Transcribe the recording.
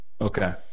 Okay